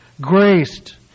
graced